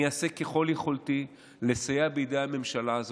אני אעשה ככל יכולתי לסייע בידי הממשלה הזאת.